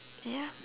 ya